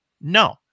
No